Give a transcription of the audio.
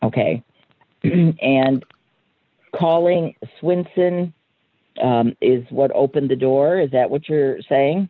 ok and calling swinson is what opened the door is that what you're saying